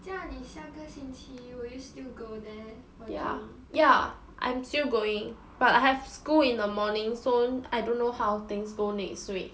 这样你下个星期 will you still go there for gym